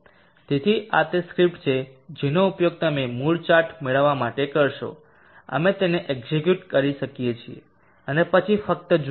તેથી આ તે સ્ક્રિપ્ટ છે જેનો ઉપયોગ તમે મૂડ ચાર્ટ મેળવવા માટે કરશો અમે તેને એક્ઝેક્યુટ કરી શકીએ છીએ અને પછી ફક્ત જુઓ